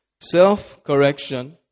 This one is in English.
self-correction